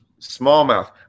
smallmouth